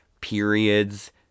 periods